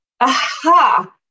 Aha